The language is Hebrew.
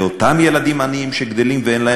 לאותם ילדים עניים שגדלים ואין להם